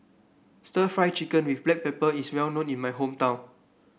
stir Fry Chicken with Black Pepper is well known in my hometown